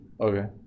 Okay